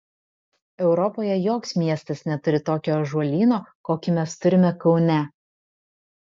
europoje joks miestas neturi tokio ąžuolyno kokį mes turime kaune